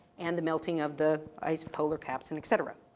and the melting of the ice polar caps and et cetera.